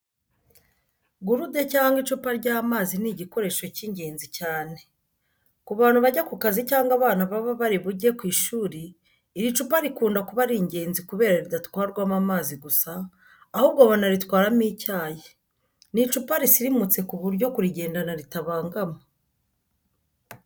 Gurude cyangwa icupa ry'amazi ni igikoresho cy'ingenzi cyane. Ku bantu bajya ku kazi cyangwa abana baba bari bujye ku ishuri iri cupa rikunda kuba ari ingezi kubera ridatwarwamo amazi gusa, ahubwo banaritwaramo icyayi. Ni icupa risirimutse ku buryo kurigendana ritabangama.